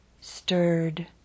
stirred